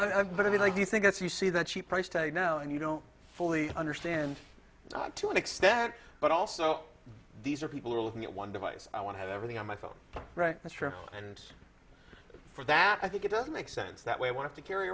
you think it's you see that cheap price tag now and you don't fully understand you talk to an extent but also these are people who are looking at one device i want to have everything on my phone right that's true and for that i think it does make sense that we want to carry